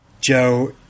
Joe